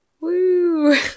Woo